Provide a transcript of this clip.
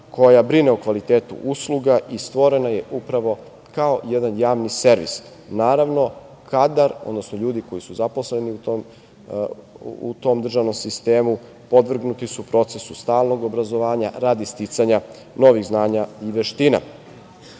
koja brine o kvalitetu usluga i stvorena je upravo kao jedan javni servis. Naravno, kadar, odnosno ljudi koji su zaposleni u tom državnom sistemu podvrgnuti su procesu stalnog obrazovanja radi sticanja novih znanja i veština. Mi